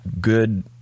good